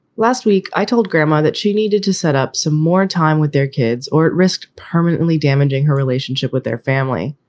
last week i told grandma that she needed to set up some more time with their kids or at risk permanently damaging her relationship with their family.